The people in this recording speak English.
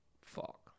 Fuck